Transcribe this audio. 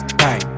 bang